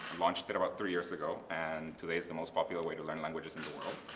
launched it about three years ago and today it's the most popular way to learn languages in the world.